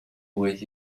with